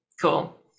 Cool